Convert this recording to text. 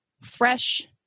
fresh